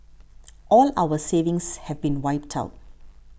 all our savings have been wiped out